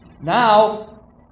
Now